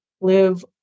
live